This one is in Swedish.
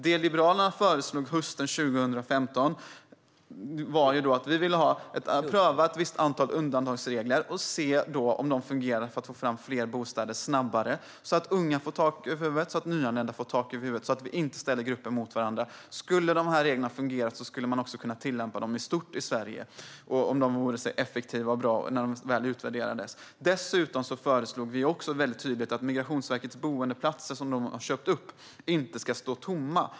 Det Liberalerna föreslog hösten 2015 var att pröva ett visst antal undantagsregler för att se om de fungerar för att få fram fler bostäder snabbare så att unga och nyanlända får tak över huvudet och så att vi inte ställer grupper mot varandra. Om reglerna skulle fungera och om man skulle finna att de var effektiva och bra när de väl utvärderades skulle man också kunna tillämpa dem i stort i Sverige. Dessutom föreslog vi tydligt att de boendeplatser som Migrationsverket har köpt upp inte ska stå tomma.